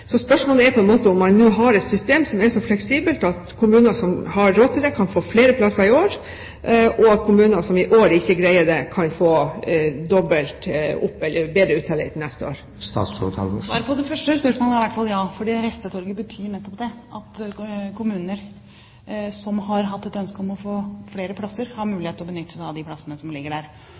Så spørsmålet er om man nå har et system som er så fleksibelt at kommuner som har råd til det, kan få flere plasser i år, og at kommuner som i år ikke greier det, kan få dobbelt opp, eller bedre uttelling, til neste år? Svaret på det første spørsmålet er iallfall ja, for restetorg betyr nettopp at kommuner som har hatt et ønske om å få flere plasser, har mulighet til å benytte seg av de plassene som ligger der.